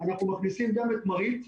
אנחנו מכניסים גם את מרעית,